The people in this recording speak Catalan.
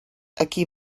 aquí